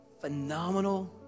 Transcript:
phenomenal